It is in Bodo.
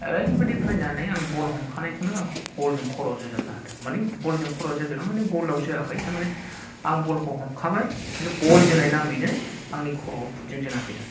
ओरैबादि फैनानै आं बल हमखानायखौनो आंखौ बल जों खर'आव जोजाबना होदों माने बल जों खर'आव जोजाबदों मानि बल आव जोआखै थारमाने आं बल खौ हमखाबाय खिन्थु बल जोनाय नामैनो आंनि खर'आव बुट जों जोना होफैदों